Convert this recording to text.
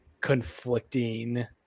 conflicting